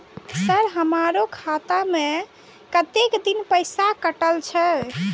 Sir हमारो खाता में कतेक दिन पैसा कटल छे?